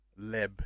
leb